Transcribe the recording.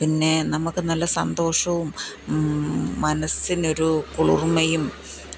പിന്നെ നമുക്ക് നല്ല സന്തോഷവും മനസ്സിനൊരു കുളിർമ്മയും